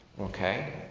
Okay